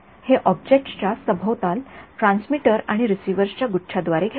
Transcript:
हे ऑब्जेक्ट्स च्या सभोवताल ट्रान्समीटर आणि रिसीव्हर्सच्या गुच्छाद्वारे घेरते